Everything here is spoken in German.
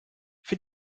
für